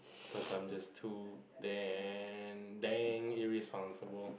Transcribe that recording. cause I'm just too damn damn irresponsible